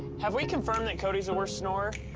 have we confirmed that cody's the worst snorer?